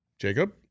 Jacob